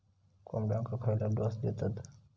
कोंबड्यांक खयले डोस दितत?